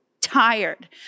tired